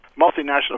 multinational